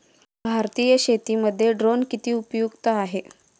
भारतीय शेतीमध्ये ड्रोन किती उपयुक्त आहेत?